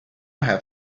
have